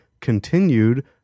continued